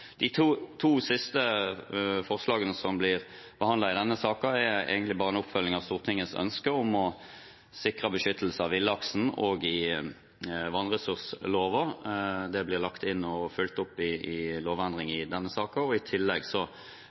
De to siste forslagene som blir behandlet i denne saken, er egentlig bare en oppfølging av Stortingets ønske om å sikre beskyttelse av villaksen òg i vannressurslova. Det blir lagt inn og fulgt opp i lovendring i denne saken. I tillegg